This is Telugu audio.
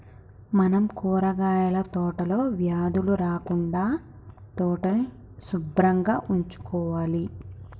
మనం కూరగాయల తోటలో వ్యాధులు రాకుండా తోటని సుభ్రంగా ఉంచుకోవాలి